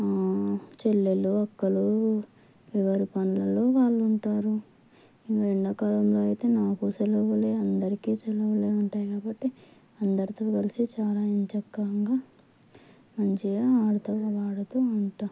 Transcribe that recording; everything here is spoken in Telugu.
చెల్లెళ్ళు అక్కలు ఎవరి పనులలో వాళ్ళు ఉంటారు ఎండాకాలంలో అయితే నాకు సెలవులే అందరికీ సెలవులే ఉంటాయి కాబట్టి అందరితో కలిసి చాలా ఎంచక్కగా మంచిగా ఆడుతూ పాడుతూ ఉంటాను